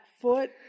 foot